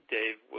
Dave